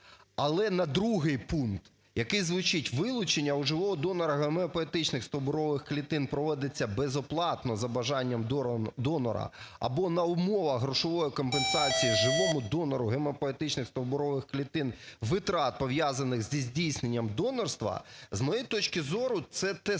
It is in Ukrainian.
але на 2 пункт, який звучить: "Вилучення у живого донора гемопоетичних стовбурових клітин проводиться безоплатно за бажанням донора або на умовах грошової компенсації живому донору гемопоетичних стовбурових клітин витрат, пов'язаних із здійсненням донорства", – з моєї точки зору, це те саме,